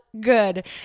good